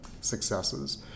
successes